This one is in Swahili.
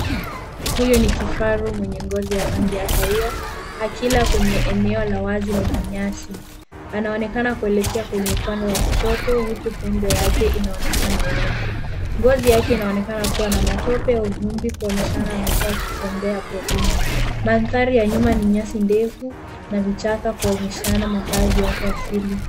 Huyo ni kifaru mwenye ngozi ya rangi ya kahawia, akila kwenye eneo la wazi la nyasi. Anaonakana kuelekea kwenye upande wa kushoto huku pembe yake inaonekana wazi. Ngozi yake inaonekana kuwa na matope au vumbi kuonyeshana amekuwa akitembea porini. Mandhari ya nyuma ni nyasi ndefu na vichaka kuonyeshana makazi yake asili.